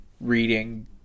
reading